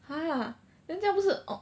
!huh! then 将不是 on